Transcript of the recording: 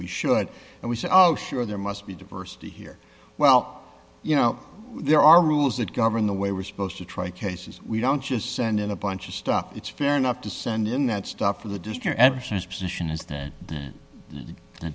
we should and we say oh sure there must be diversity here well you know there are rules that govern the way we're supposed to try cases we don't just send in a bunch of stuff it's fair enough to send in that stuff or the disc or ever since position is that the